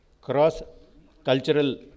cross-cultural